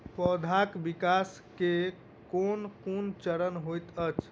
पौधाक विकास केँ केँ कुन चरण हएत अछि?